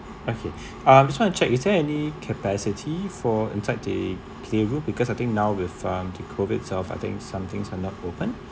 okay um just want to check is there any capacity for inside the playroom because I think now with um the COVID itself I think something are not open